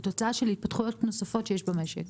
היא תוצאה מהתפתחויות נוספות שיש במשק.